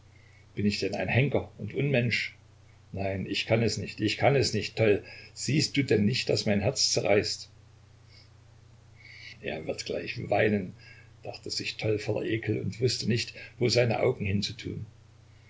bin ich denn ein henker und unmensch nein ich kann es nicht ich kann es nicht toll siehst du denn nicht daß mein herz zerreißt er wird gleich weinen dachte sich toll voller ekel und wußte nicht wo seine augen hinzutun